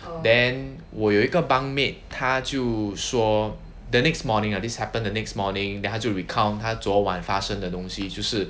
then 我有一个 bunk mate 他就说 the next morning uh this just happen the next morning then 他就 recount 他昨晚发生的东西就是